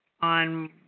on